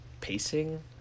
pacing